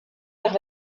par